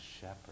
shepherd